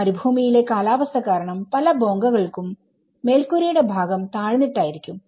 മരുഭൂമിയിലെ കാലാവസ്ഥ കാരണം പല ബോങ്കാകൾക്കും മേൽക്കൂരയുടെ ഭാഗം താഴ്ന്നിട്ടായിരിക്കും